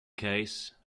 case